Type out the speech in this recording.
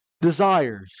desires